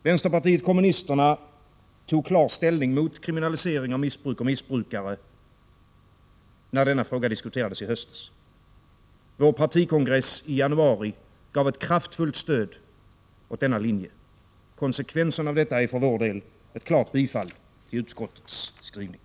Vänsterpartiet kommunisterna tog klar ställning mot kriminalisering av missbruk och missbrukare när denna fråga diskuterades i höstas. Vår partikongress i januari gav ett kraftfullt stöd åt denna linje. Konsekvensen av detta är för vår del ett klart bifall till utskottets förslag.